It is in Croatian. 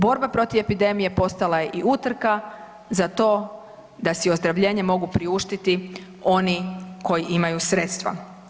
Borba protiv epidemije postala je i utrka za to da si ozdravljenje mogu priuštiti oni koji imaju sredstva.